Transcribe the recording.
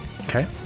Okay